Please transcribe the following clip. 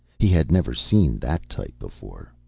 he had never seen that type before.